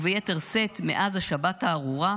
וביתר שאת מאז השבת הארורה,